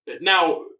Now